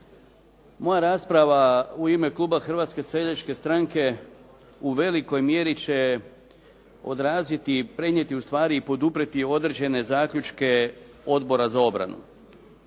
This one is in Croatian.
Moja rasprava u ime kluba Hrvatske seljačke stranke u velikoj mjeri će odraziti, prenijeti ustvari i poduprijeti određene zaključke Odbora za obranu,